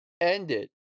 ended